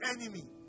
enemy